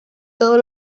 todos